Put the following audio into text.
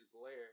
glare